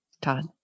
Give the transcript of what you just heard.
Todd